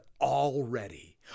already